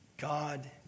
God